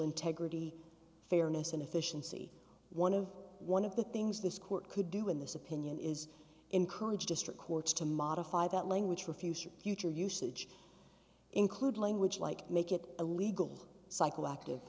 integrity fairness and efficiency one of one of the things this court could do in this opinion is encourage district courts to modify that language for future future usage include language like make it illegal psychoactive